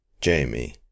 Jamie